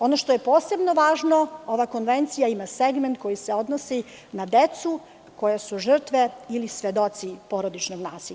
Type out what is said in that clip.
Ono što je posebno važno, ova konvencija ima segment koji se odnosi na decu koja su žrtve ili svedoci porodičnog nasilja.